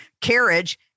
carriage